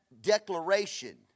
declaration